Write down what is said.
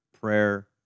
prayer